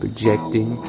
Projecting